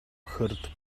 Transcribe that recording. herd